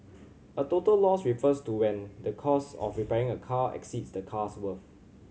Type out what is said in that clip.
a total loss refers to when the cost of repairing a car exceeds the car's worth